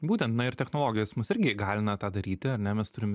būtent na ir technologijos mus irgi įgalina tą daryti ar ne mes turim